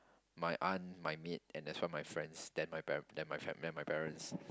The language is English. my aunt my maid and that's why my friends then my par~ then my fam then my parents